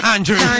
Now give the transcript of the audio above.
Andrew